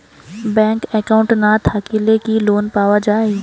Bank account না থাকিলে কি লোন পাওয়া য়ায়?